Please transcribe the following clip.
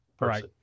Right